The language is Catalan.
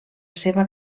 seva